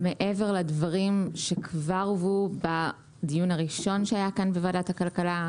מעבר לדברים שכבר הובאו בדיון הראשון שהיה כאן בוועדת הכלכלה,